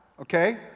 Okay